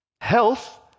Health